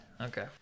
Okay